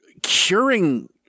Curing